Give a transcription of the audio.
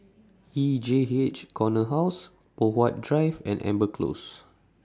E J H Corner House Poh Huat Drive and Amber Close